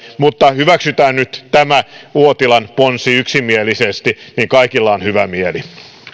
mutta hyväksytään nyt tämä uotilan ponsi yksimielisesti niin kaikilla on hyvä mieli